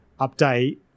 update